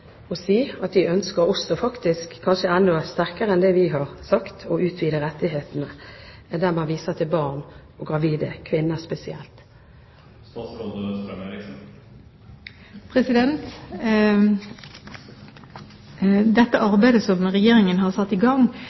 å si at de ønsker – faktisk kanskje enda sterkere enn det vi har sagt – å utvide rettighetene, der man viser til barn og gravide kvinner spesielt? Regjeringen har satt i gang